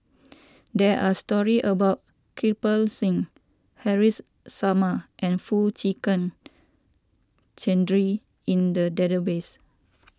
there are stories about Kirpal Singh Haresh Sharma and Foo Chee Keng Cedric in the database